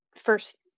first